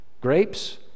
grapes